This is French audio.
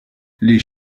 les